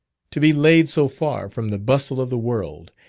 to be laid so far from the bustle of the world,